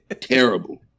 terrible